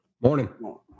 morning